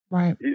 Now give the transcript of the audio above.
Right